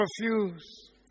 refuse